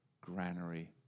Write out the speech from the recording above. granary